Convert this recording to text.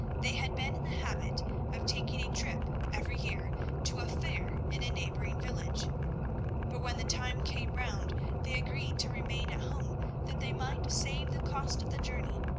they had been in the habit of taking a trip every year to a fair in a neighbouring village but when the time came round they agreed to remain at home that they might save the cost of the journey,